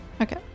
Okay